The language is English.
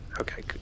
Okay